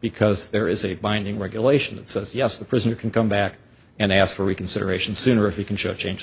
because there is a binding regulation that says yes the prisoner can come back and ask for reconsideration sooner if he can show change